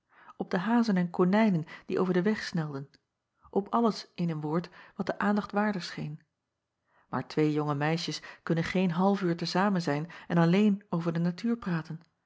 op de hazen en konijnen die over den weg snelden op alles in een woord wat de aandacht waardig scheen aar twee jonge meisjes kunnen geen half uur te zamen zijn en alleen over de natuur praten